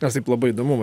nes taip labai įdomu